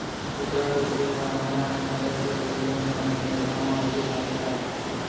कुकरा कुकरी ह आने आने नसल के होथे जेन ह अपन जघा म अलगे महत्ता राखथे